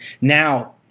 now